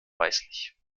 weißlich